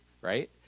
right